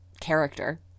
character